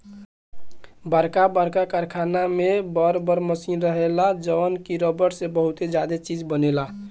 बरका बरका कारखाना में बर बर मशीन रहेला जवन की रबड़ से बहुते ज्यादे चीज बनायेला